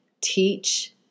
teach